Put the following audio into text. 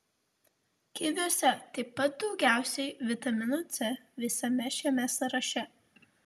kiviuose taip pat daugiausiai vitamino c visame šiame sąraše